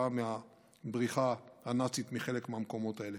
כתוצאה מהבריחה הנאצית מחלק מהמקומות האלה.